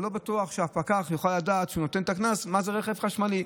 אבל לא בטוח שכשהפקח נותן את הקנס הוא יודע מה זה רכב חשמלי.